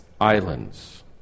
islands